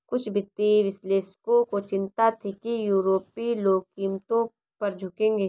कुछ वित्तीय विश्लेषकों को चिंता थी कि यूरोपीय लोग कीमतों पर झुकेंगे